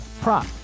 prop